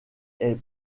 est